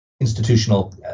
institutional